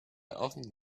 often